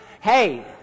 Hey